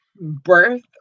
birth